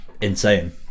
Insane